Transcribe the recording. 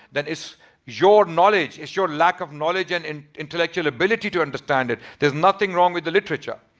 then it's your knowledge. it's your lack of knowledge and and intellectual ability to understand it. there's nothing wrong with the literature.